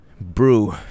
brew